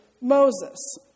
Moses